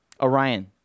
Orion